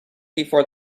before